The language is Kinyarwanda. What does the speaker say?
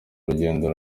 urugendo